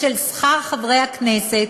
של שכר חברי הכנסת,